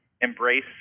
embrace